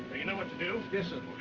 you know what to do?